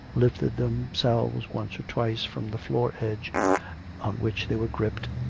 lifted themselves once or twice from the floor edge on which they were gripped,